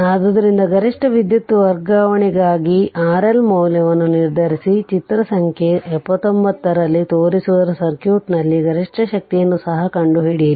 ಆದ್ದರಿಂದ ಗರಿಷ್ಠ ವಿದ್ಯುತ್ ವರ್ಗಾವಣೆಗಾಗಿ RL ಮೌಲ್ಯವನ್ನು ನಿರ್ಧರಿಸಿ ಚಿತ್ರ ಸಂಕೆ 79 ರಲ್ಲಿ ತೋರಿಸಿರುವ ಸರ್ಕ್ಯೂಟ್ನಲ್ಲಿ ಗರಿಷ್ಠ ಶಕ್ತಿಯನ್ನು ಸಹ ಕಂಡುಹಿಡಿಯಿರಿ